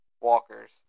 walkers